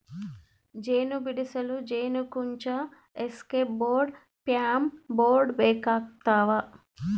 ಜೇನು ಬಿಡಿಸಲು ಜೇನುಕುಂಚ ಎಸ್ಕೇಪ್ ಬೋರ್ಡ್ ಫ್ಯೂಮ್ ಬೋರ್ಡ್ ಬೇಕಾಗ್ತವ